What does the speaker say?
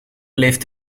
leeft